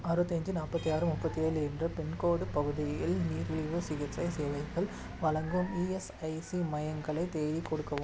அறுபத்தஞ்சி நாற்பத்தி ஆறு முப்பத்தேழு என்ற பின்கோடு பகுதியில் நீரிழிவுச் சிகிச்சை சேவைகள் வழங்கும் இஎஸ்ஐசி மையங்களை தேடிக் கொடுக்கவும்